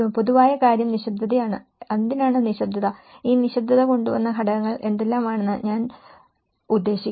പൊതുവായ കാര്യം നിശബ്ദതയാണ് എന്തിനാണ് നിശബ്ദത ഈ നിശ്ശബ്ദത കൊണ്ടുവന്ന ഘടകങ്ങൾ എന്തെല്ലാമാണെന്ന് ഞാൻ ഉദ്ദേശിക്കുന്നു